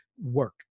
work